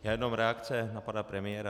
Jenom reakce na pana premiéra.